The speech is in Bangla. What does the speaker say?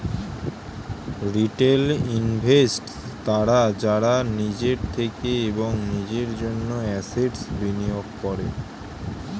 রিটেল ইনভেস্টর্স তারা যারা নিজের থেকে এবং নিজের জন্য অ্যাসেট্স্ বিনিয়োগ করে